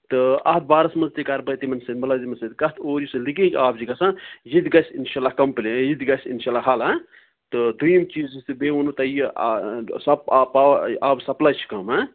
تہٕ اَتھ بارس منٛز تہِ کَر بہٕ تِمن سۭتۍ مٕلٲزمن سۭتۍ کَتھ اور یُس یہِ لیٖکیج آب چھُ گَژھان یہِ تہِ گَژھِ اِنشاء اللہ کمپٕلی یہِ تہِ گَژھِ اِنشاء اللہ حل ہہ تہٕ دوٚیِم چیٖز یُس یہِ بیٚیہِ ووٚنوٕ تۄہہِ یہِ آبہٕ سَپلَے چھِ کَم ہہ